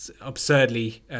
absurdly